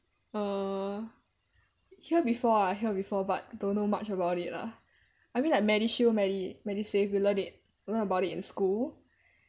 uh hear before ah I hear before but don't know much about it lah I mean like MediShield medi~ MediSave we learn it we learn about it in school